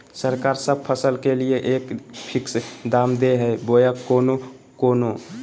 सरकार सब फसल के लिए एक फिक्स दाम दे है बोया कोनो कोनो?